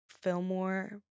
Fillmore